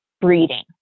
breeding